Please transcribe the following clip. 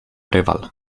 rywal